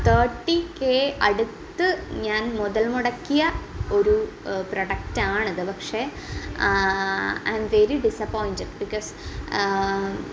thirty K അടുത്ത് ഞാൻ മുതൽ മുടക്കിയ ഒരു പ്രൊഡക്റ്റാണത് പക്ഷേ അയാം വെരി ഡിസെപ്പോയന്റെഡ് ബികോസ്